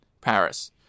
Paris